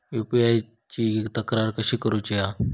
UPI ची तक्रार कशी करुची हा?